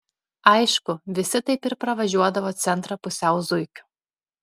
aišku visi taip ir pravažiuodavo centrą pusiau zuikiu